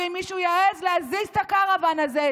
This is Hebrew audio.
ואם מישהו יעז להזיז את הקרוואן הזה,